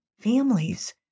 families